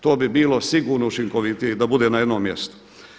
To bi bilo sigurno učinkovitije da bude na jednom mjestu.